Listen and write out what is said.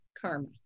Karma